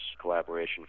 collaboration